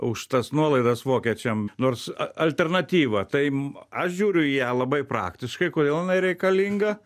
už tas nuolaidas vokiečiam nors alternatyva tai aš žiūriu į ją labai praktiškai kodėl jinai reikalinga